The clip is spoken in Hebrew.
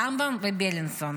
רמב"ם ובילינסון.